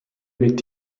mit